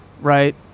Right